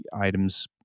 items